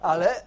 Ale